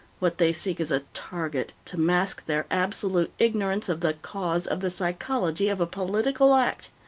what they seek is a target, to mask their absolute ignorance of the cause, of the psychology of a political act.